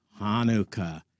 Hanukkah